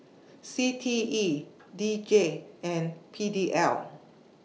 C T E D J and P D L